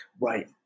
Right